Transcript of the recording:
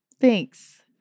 thanks